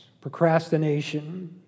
procrastination